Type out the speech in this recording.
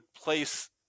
place